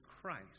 Christ